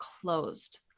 closed